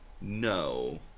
No